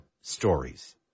stories